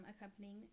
accompanying